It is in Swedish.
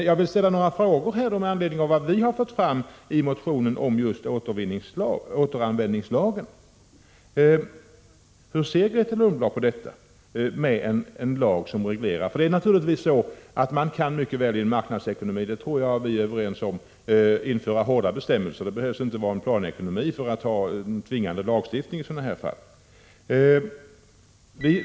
Jag vill ställa några frågor med anledning av det som vi i reservationen anfört om en återvinningslag. Hur ser Grethe Lundblad på tanken om en lag som reglerar återvinningsfrågorna? Jag tror att vi är överens om att vi i en marknadsekonomi kan införa hårda bestämmelser. Det krävs inte en planekonomi för en tvingande lagstiftning i sådana här fall.